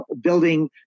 building